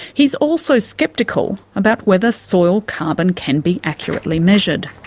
he's also sceptical about whether soil carbon can be accurately measured.